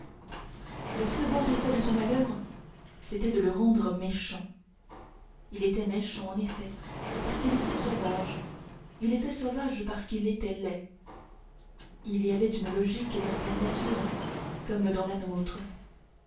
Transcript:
le second effet de son malheur c'était de le rendre méchant il était méchant en effet parce qu'il était sauvage il était sauvage parce qu'il était laid il y avait une logique dans sa nature comme dans la nôtre